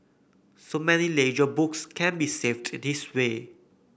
so many ledger books can be saved this way